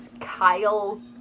Kyle